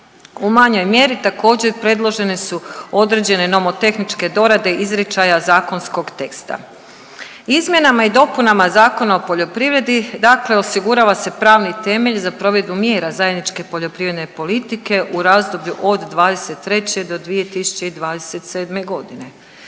U manjoj mjeri također predložene su određene nomotehničke dorade izričaja zakonskog teksta. Izmjenama i dopunama Zakona o poljoprivredi dakle osigurava se pravni temelj za provedbu mjera zajedničke poljoprivredne politike u razdoblju od '23. do 2027. godine.